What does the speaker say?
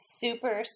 super